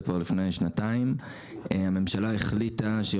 זה כבר לפני שנתיים הממשלה החליטה שהיא